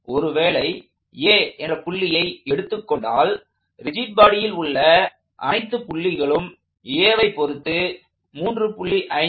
ஒருவேளை A என்ற புள்ளியை எடுத்துக் கொண்டால் ரிஜிட் பாடியில் உள்ள அனைத்துப் புள்ளிகளும் Aவை பொருத்து 3